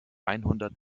einhundert